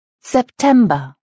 September